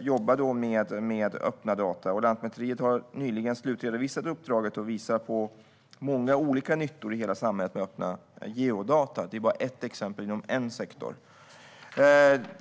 jobbar med öppna data. Lantmäteriet har nyligen slutredovisat uppdraget och visar på många olika nyttor i hela samhället med öppna geodata. Detta är bara ett exempel inom en sektor.